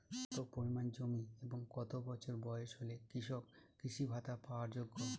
কত পরিমাণ জমি এবং কত বছর বয়স হলে কৃষক কৃষি ভাতা পাওয়ার যোগ্য?